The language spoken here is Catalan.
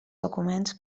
documents